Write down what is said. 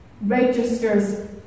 registers